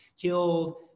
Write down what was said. killed